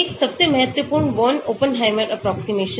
एक सबसे महत्वपूर्ण बोर्न ओपेनहाइमरएप्रोक्सीमेशन है